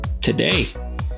Today